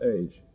age